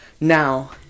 Now